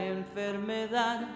enfermedad